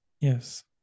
Yes